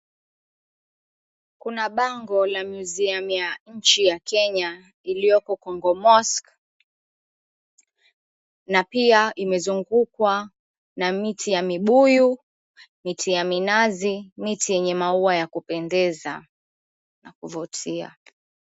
Kuna bango la museum inchi ya Kenya iliyoko kongo mosque na pia imezungukwa na miti ya mibuyu miti ya minazi miti yenye maua ya kupendeza na kuvutia.